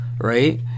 right